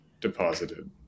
deposited